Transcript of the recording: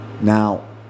Now